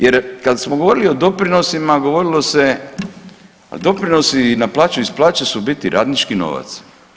Jer kad smo govorili o doprinosima govorilo se, a doprinosi na plaću i iz plaće su u biti radnički novac.